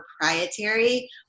proprietary